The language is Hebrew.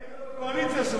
אבל אתה היית בקואליציה שלו.